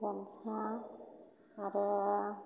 गनसा आरो